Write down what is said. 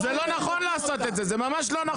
למה?